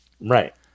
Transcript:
Right